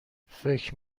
فکر